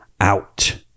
out